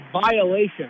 violation